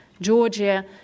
Georgia